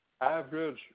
average